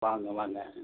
வாங்க வாங்க